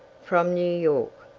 from new york.